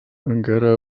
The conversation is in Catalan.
encara